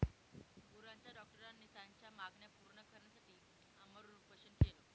गुरांच्या डॉक्टरांनी त्यांच्या मागण्या पूर्ण करण्यासाठी आमरण उपोषण केले